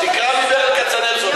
תקרא מברל כצנלסון.